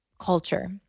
culture